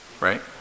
right